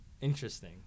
Interesting